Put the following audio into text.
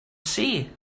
see